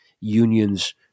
unions